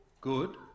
good